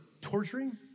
torturing